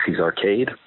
Arcade